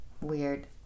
Weird